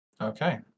Okay